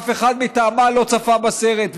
אף אחד מטעמה לא צפה בסרט.